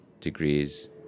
degrees